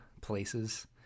places